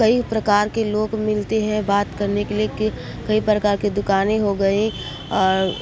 कई प्रकार के लोग मिलते हैं बात करने के लिए की कई प्रकार की दुकान हो गए और